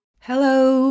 Hello